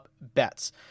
bets